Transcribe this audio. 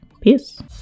Peace